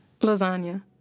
Lasagna